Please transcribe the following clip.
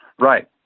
right